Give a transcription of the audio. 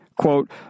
quote